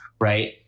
right